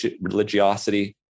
religiosity